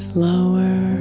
slower